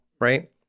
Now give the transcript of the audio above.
right